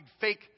fake